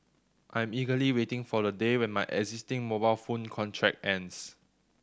I'm eagerly waiting for the day when my existing mobile phone contract ends